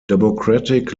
democratic